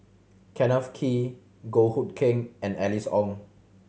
Kenneth Kee Goh Hood Keng and Alice Ong